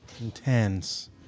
intense